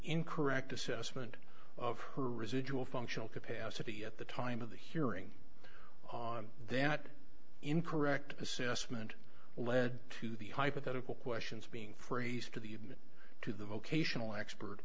incorrect assessment of her residual functional capacity at the time of the hearing on that incorrect assessment led to the hypothetical questions being phrase for the human to the vocational expert